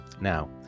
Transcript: Now